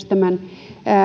tämän